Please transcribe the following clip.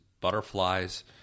butterflies